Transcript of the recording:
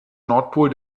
nordpol